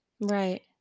Right